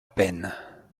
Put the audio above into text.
peine